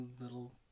little